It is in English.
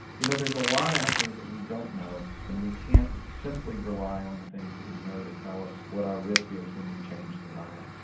you know there's a lot out there that we don't know and we can't simply rely on the things that we know to tell us what our risk is when we change the diet.